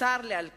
וצר לי על כך.